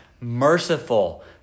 merciful